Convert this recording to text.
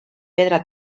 pedra